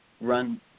run